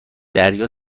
دریا